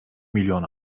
milyon